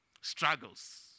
struggles